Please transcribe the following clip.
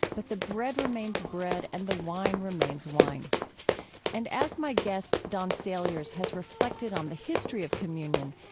but the bread remains bread and the wine remains wine and as my guest, don saliers, has reflected on the history of communion,